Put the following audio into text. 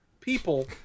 people